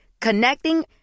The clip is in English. Connecting